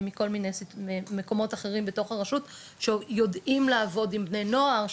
מכל מיני מקומות אחרים בתוך הרשות שיודעים לעבוד עם בני נוער,